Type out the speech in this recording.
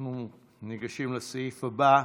אנחנו ניגשים לסעיף הבא,